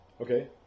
Okay